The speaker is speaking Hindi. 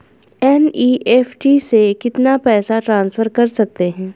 एन.ई.एफ.टी से कितना पैसा ट्रांसफर कर सकते हैं?